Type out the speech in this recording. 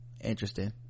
interesting